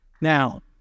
Now